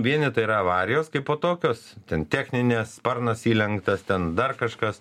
vieni tai yra avarijos kaipo tokios ten techninės sparnas įlenktas ten dar kažkas